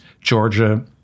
Georgia